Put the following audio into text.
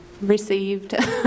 received